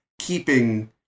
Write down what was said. keeping